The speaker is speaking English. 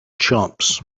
chumps